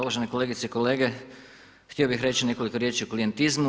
Uvaženi kolegice i kolege, htio bih reći nekoliko riječi o klijentizmu.